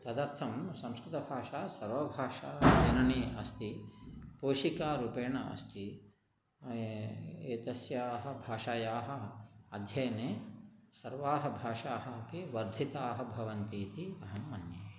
तदर्थं संस्कृतभाषा सर्वभाषाणां जननी अस्ति पोषिका रूपेण अस्ति एतस्याः भाषायाः अध्ययने सर्वाः भाषाः अपि वर्धिताः भवन्ति इति अहं मन्ये